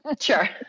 sure